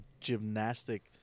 gymnastic